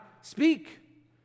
speak